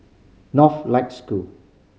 Northlight School